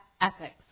ethics